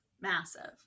massive